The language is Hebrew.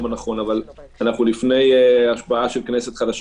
הנכון אבל אנחנו לפני השבעה של כנסת חדשה.